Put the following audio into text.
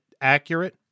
accurate